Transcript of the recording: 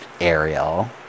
ariel